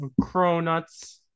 Cronuts